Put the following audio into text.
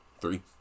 Three